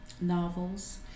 novels